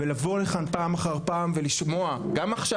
ולבוא לכאן פעם אחר פעם ולשמוע גם עכשיו,